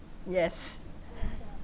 yes